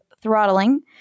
throttling